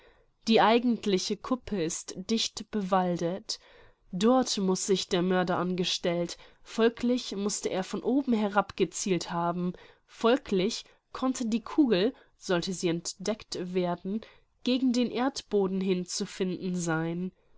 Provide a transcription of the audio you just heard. die eigentliche kuppe ist dicht bewaldet dort mußte sich der mörder angestellt folglich mußte er von oben herab gezielt haben folglich konnte die kugel sollte sie entdeckt werden gegen den erdboden hin zu finden sein